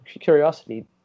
curiosity